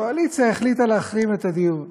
הקואליציה החליטה להחרים את הדיון.